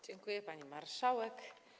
Dziękuję, pani marszałek.